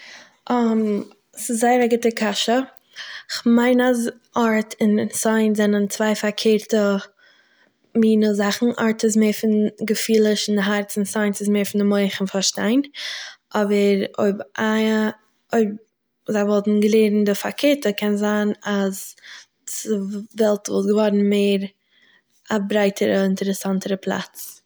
ס'איז זייער א גוטע קשיא, כ'מיין אז ארט און סייענס זענען צוויי פארקערטע מיני זאכן; ארט איז מער פון געפיליש פון הארצן, סייענס איז מער פון דער מח פון פארשטיין, אבער אויב איינע- אויב זיי וואלטן געלערנט די פארקערטע, קען זיין אז די וועלט וואלט געווארן מער א ברייטערע אינטערעסאנטערע פלאץ